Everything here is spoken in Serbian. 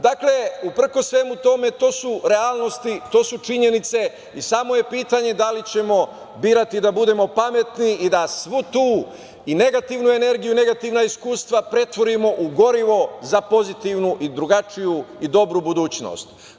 Dakle, uprkos svemu tome to su realnosti, to su činjenice i samo je pitanje da li ćemo birati da budemo pametni i da svu tu i negativnu energiju, i negativna iskustva pretvorimo u gorivo za pozitivnu, drugačiju i dobru budućnost.